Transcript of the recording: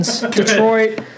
Detroit